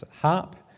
harp